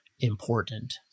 important